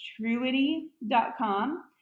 truity.com